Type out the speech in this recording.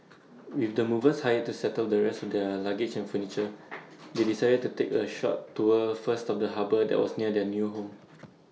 with the movers hired to settle the rest their luggage and furniture they decided to take A short tour first of the harbour that was near their new home